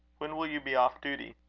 when will you be off duty?